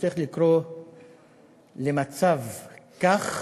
צריך לקרוא למצב כך,